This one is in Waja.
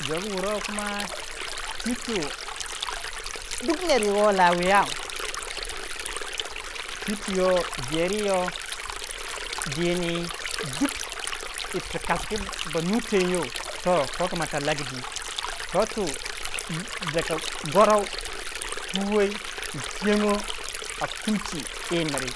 jogu wurei kuma titu ner wor La wu- youw titi yoh jeri yoh dini duk irrti kasgu bonu ten you toh ko kma tar laki dwi to tu daga gorou puwei yi twiyongo yi min